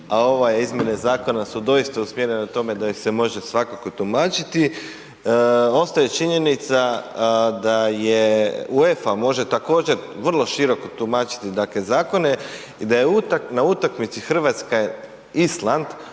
a ove izmjene zakona su doista usmjerene na tome da ih se može svakako tumačiti, ostaje činjenica da je UEFA može također vrlo široko tumačiti dakle zakone i da je na utakmici Hrvatske Island